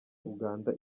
uganda